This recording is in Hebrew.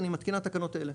אני מתקינה תקנות אלה: